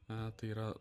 na tai yra